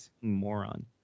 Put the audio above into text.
moron